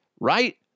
right